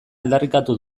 aldarrikatu